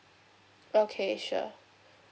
okay sure